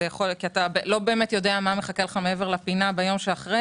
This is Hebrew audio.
אתה לא באמת יודע מה מחכה לך מעבר לפינה ביום שאחרי